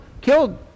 killed